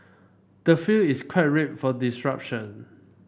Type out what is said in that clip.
the field is quite ripe for disruption